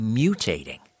mutating